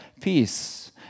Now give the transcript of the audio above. peace